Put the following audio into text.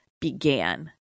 began